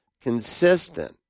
consistent